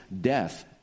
death